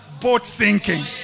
boat-sinking